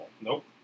Nope